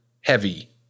heavy